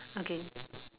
okay